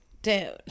Dude